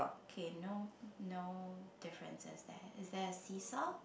okay no no differences there is there a seesaw